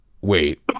Wait